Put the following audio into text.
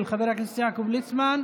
של חבר הכנסת יעקב ליצמן,